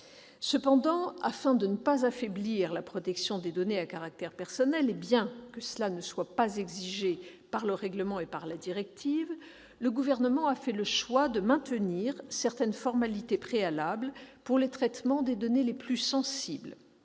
Cependant, afin de ne pas affaiblir la protection des données à caractère personnel et bien que cela ne soit pas exigé par le règlement ni par la directive, le Gouvernement a fait le choix de maintenir certaines formalités préalables pour les traitements des données les plus sensibles,